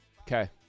Okay